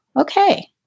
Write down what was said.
okay